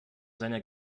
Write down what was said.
seiner